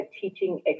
teaching